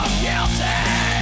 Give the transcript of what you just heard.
guilty